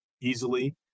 easily